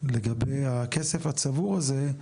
לגבי הכסף הצבור הזה,